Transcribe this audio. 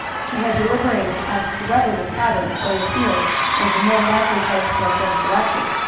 he had deliberated as to whether the cabin or the fields was the more likely place to have been selected.